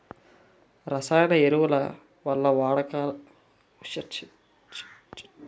రసాయన ఎరువుల వాడకం వల్ల లాభ నష్టాలను తెలపండి?